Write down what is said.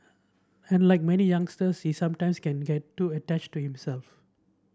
and like many youngsters he sometimes can get too attached to himself